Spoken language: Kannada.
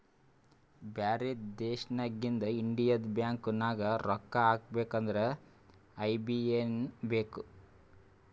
ಬ್ಯಾರೆ ದೇಶನಾಗಿಂದ್ ಇಂಡಿಯದು ಬ್ಯಾಂಕ್ ನಾಗ್ ರೊಕ್ಕಾ ಹಾಕಬೇಕ್ ಅಂದುರ್ ಐ.ಬಿ.ಎ.ಎನ್ ಬೇಕ್